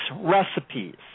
recipes